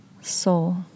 soul